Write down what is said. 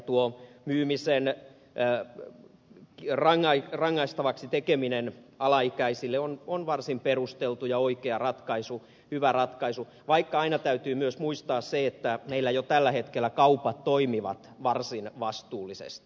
tuo alaikäisille myymisen rangaistavaksi tekeminen on varsin perusteltu ja oikea ratkaisu hyvä ratkaisu vaikka aina täytyy muistaa myös se että meillä jo tällä hetkellä kaupat toimivat varsin vastuullisesti